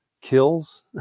kills